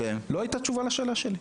לא הייתה תשובה לשאלה שלי.